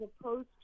opposed